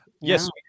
Yes